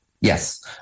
Yes